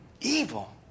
Evil